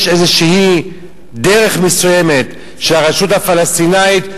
יש איזו דרך מסוימת של הרשות הפלסטינית,